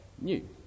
new